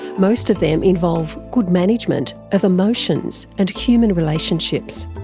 most of them involve good management of emotions and human relationships.